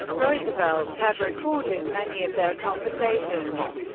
roosevelt had recorded many of their conversations,